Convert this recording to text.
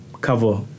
cover